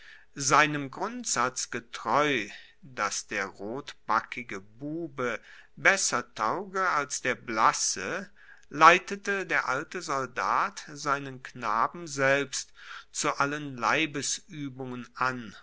seinem grundsatz getreu dass der rotbackige bube besser tauge als der blasse leitete der alte soldat seinen knaben selbst zu allen leibesuebungen an